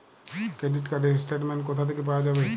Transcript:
Credit card র statement কোথা থেকে পাওয়া যাবে?